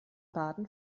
baden